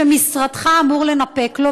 שמשרדך אמור לנפק לו.